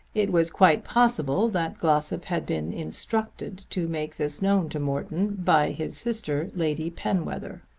it was quite possible that glossop had been instructed to make this known to morton by his sister lady penwether.